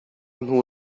hnu